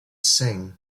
singh